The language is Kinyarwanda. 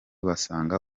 basanga